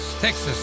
Texas